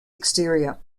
exterior